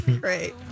Great